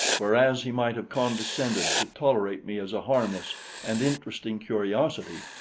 whereas he might have condescended to tolerate me as a harmless and interesting curiosity,